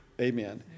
amen